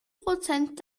prozent